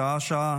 שעה-שעה,